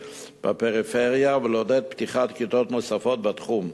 בפריפריה ולעודד פתיחת כיתות נוספות בתחום.